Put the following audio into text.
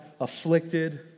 afflicted